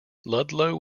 ludlow